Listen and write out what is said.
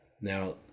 now